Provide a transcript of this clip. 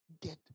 Get